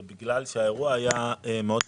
זה בגלל שהאירוע היה מאוד קצר,